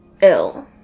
ill